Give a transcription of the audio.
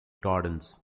gardens